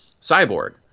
cyborg